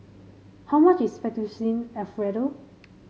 how much is Fettuccine Alfredo